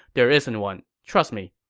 there isn't one, trust me.